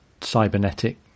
cybernetic